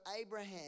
Abraham